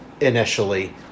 initially